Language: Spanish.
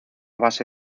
base